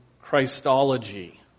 Christology